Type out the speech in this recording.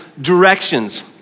directions